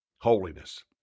Holiness